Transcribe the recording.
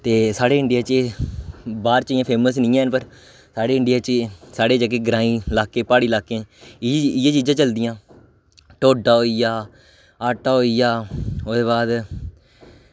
ते साढ़े इंडिया च एह् बाह्र च इं'या फेमस निं हैन पर साढ़े इंडिया च एह् साढ़े जेह्के ग्रांईं लाकें प्हाड़ी लाकें इयै चीजां चलदियां टोड्डा होइया आटा होइया ओह्दे बाद